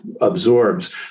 absorbs